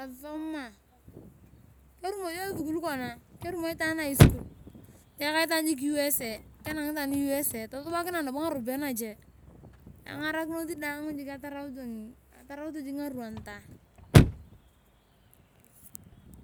esisoma. kerumosi esukul kona. kerumo ityaan high school teyaka itaan jiik usa tusubikanae nabo ngaropiya nache engarakinos daang atarauta ngaruanta.